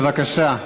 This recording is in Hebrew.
בבקשה.